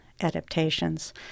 adaptations